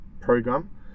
program